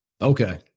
Okay